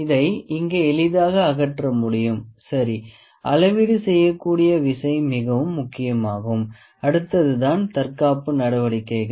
இதை இங்கே எளிதாக அகற்ற முடியும் சரி அளவிடு செய்யக்கூடிய விசை மிகவும் முக்கியமாகும் அடுத்தது தான் தற்காப்பு நடவடிக்கைகள்